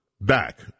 back